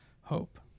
Hope